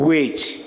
Wage